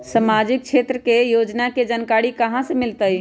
सामाजिक क्षेत्र के योजना के जानकारी कहाँ से मिलतै?